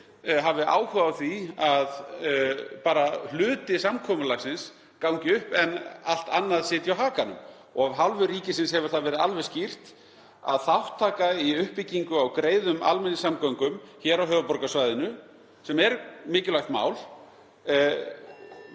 hafi áhuga á því að einungis hluti samkomulagsins gangi upp en allt annað sitji á hakanum. Af hálfu ríkisins hefur það verið alveg skýrt að þátttaka í uppbyggingu á greiðum almenningssamgöngum á höfuðborgarsvæðinu, sem er mikilvægt mál,